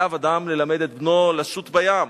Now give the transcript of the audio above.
חייב אדם ללמד את בנו לשוט בים,